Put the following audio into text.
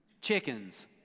Chickens